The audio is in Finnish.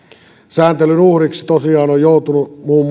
sääntelyn uhriksi tosiaan on joutunut muun